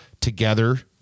together